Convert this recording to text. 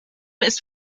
ist